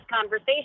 conversation